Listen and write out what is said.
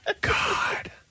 God